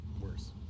worse